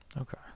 okay